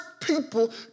people